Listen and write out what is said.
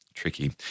tricky